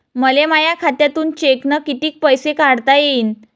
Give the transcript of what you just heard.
मले माया खात्यातून चेकनं कितीक पैसे काढता येईन?